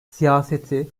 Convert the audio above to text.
siyaseti